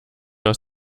aus